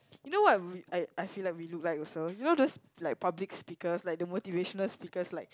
you know what we I I feel like we look like also you know those like public speakers like the motivational speakers like